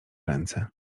ręce